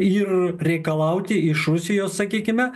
ir reikalauti iš rusijos sakykime